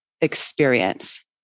experience